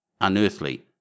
unearthly